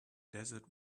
desert